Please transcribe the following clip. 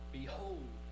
behold